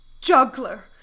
juggler